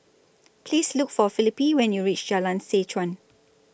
Please Look For Felipe when YOU REACH Jalan Seh Chuan